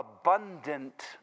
abundant